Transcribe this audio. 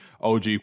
OG